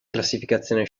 classificazione